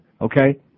okay